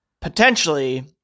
potentially